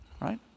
Right